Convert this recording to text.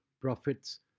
profits